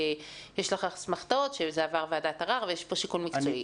יש לך אסמכתאות שזה עבר ועדת ערר ויש פה שיקול מקצועי,